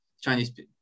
Chinese